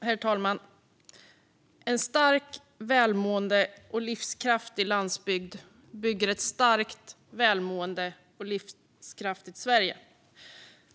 Herr talman! En stark, välmående och livskraftig landsbygd bygger ett starkt, välmående och livskraftigt Sverige.